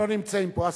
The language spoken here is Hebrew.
הם לא נמצאים פה.